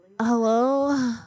Hello